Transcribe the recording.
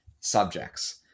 subjects